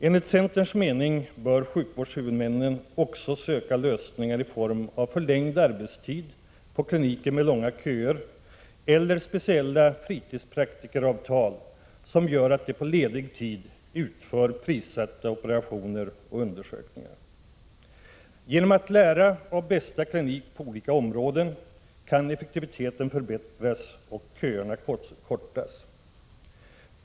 Enligt centerns mening bör sjukvårdshuvudmännen också söka lösningar i form av förlängd arbetstid på kliniker med långa köer eller speciella fritidspraktikeravtal, som gör att prissatta operationer och undersökningar utförs på ledig tid. Genom att andra lär av ”bästa klinik” på olika områden kan effektiviteten förbättras och köerna därmed kortas.